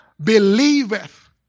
Believeth